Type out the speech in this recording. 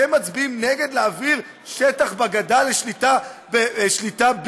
אתם מצביעים נגד להעביר שטח בגדה לשליטה B?